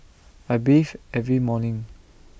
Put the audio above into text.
I bathe every morning